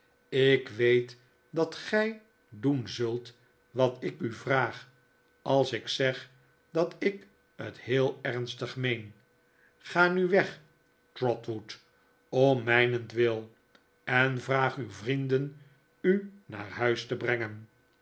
ik weet dat gij doen zult wat ik u vraag als ik zeg dat ik het heel ernstig meen ga nu weg trotwood om mijnentwil en vraag uw vrienden u naar huis te brengen